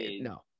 No